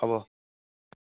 হ'ব